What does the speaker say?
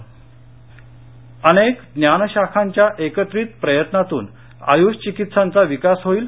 परिषद अनेक ज्ञानशाखांच्या एकत्रित प्रयत्नांतून आयुष चिकित्सांचा विकास होईल